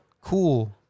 cool